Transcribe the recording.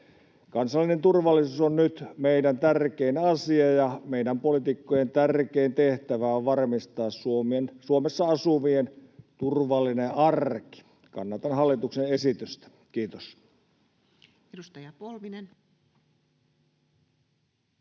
Kansallinen turvallisuus on nyt meidän tärkein asia, ja meidän poliitikkojen tärkein tehtävä on varmistaa Suomessa asuvien turvallinen arki. Kannatan hallituksen esitystä. — Kiitos. [Speech